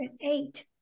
eight